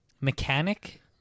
mechanic